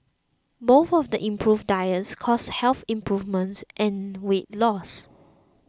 both of the improved diets caused health improvements and weight loss